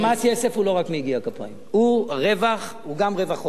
מס יסף הוא לא רק מיגיע כפיים, הוא גם רווח הון.